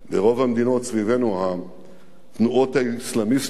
ברוב המדינות סביבנו התנועות האסלאמיסטיות